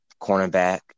cornerback